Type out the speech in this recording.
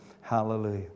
Hallelujah